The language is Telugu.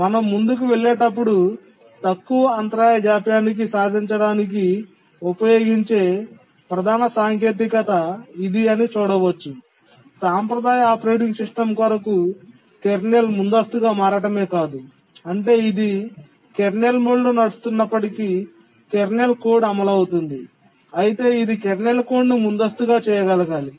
మనం ముందుకు వెళ్ళేటప్పుడు తక్కువ అంతరాయ జాప్యాన్ని సాధించడానికి ఉపయోగించే ప్రధాన సాంకేతికత ఇది అని చూడవచ్చు సాంప్రదాయ ఆపరేటింగ్ సిస్టమ్ కొరకు కెర్నల్ ముందస్తుగా మారడమే కాదు అంటే ఇది కెర్నల్ మోడ్లో నడుస్తున్నప్పటికీ కెర్నల్ కోడ్ అమలు అవుతోంది అయితే ఇది కెర్నల్ కోడ్ను ముందస్తుగా చేయగలగాలి